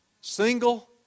single